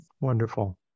Wonderful